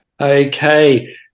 Okay